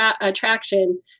attraction